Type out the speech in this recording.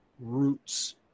roots